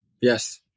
Yes